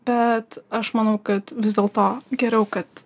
bet aš manau kad vis dėlto geriau kad